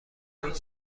بگویید